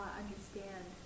understand